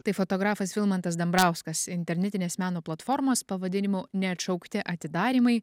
tai fotografas vilmantas dambrauskas internetinės meno platformos pavadinimu neatšaukti atidarymai